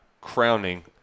crowning